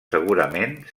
segurament